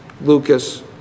lucas